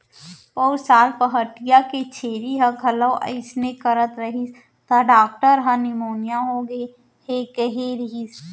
पउर साल पहाटिया के छेरी ह घलौ अइसने करत रहिस त डॉक्टर ह निमोनिया होगे हे कहे रहिस